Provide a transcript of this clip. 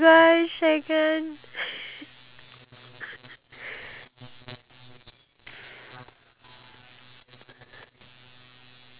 K so nowadays you know in um the era that we live in we have a lot of more things uh as compared to the past era right